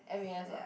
M_A_S lah